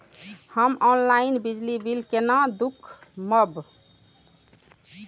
हम ऑनलाईन बिजली बील केना दूखमब?